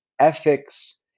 ethics